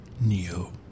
Neo